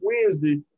Wednesday